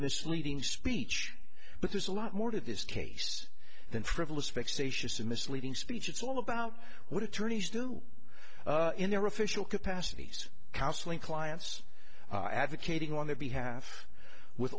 misleading speech but there's a lot more to this case than frivolous vexatious and misleading speech it's all about what attorneys do in their official capacities counseling clients advocating on their behalf with